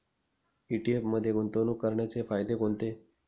ETF मध्ये गुंतवणूक करण्याचे फायदे कोणते?